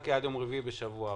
עד יום רביעי בשבוע הבא.